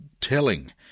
telling